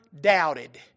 doubted